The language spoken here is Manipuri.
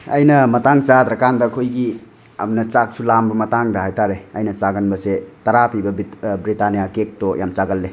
ꯑꯩꯅ ꯃꯇꯥꯡ ꯆꯥꯗ꯭ꯔꯀꯥꯟꯗ ꯑꯈꯣꯏꯒꯤ ꯌꯥꯝꯅ ꯆꯥꯛꯁꯨ ꯂꯝꯕꯥ ꯃꯇꯥꯡꯗ ꯍꯥꯏꯇꯥꯔꯦ ꯑꯩꯅ ꯆꯥꯒꯟꯕꯁꯦ ꯇꯔꯥ ꯄꯤꯕ ꯕ꯭ꯔꯤꯠ ꯕ꯭ꯔꯤꯇꯥꯅꯤꯌꯥ ꯀꯦꯛꯇꯣ ꯌꯥꯝ ꯆꯥꯒꯜꯂꯦ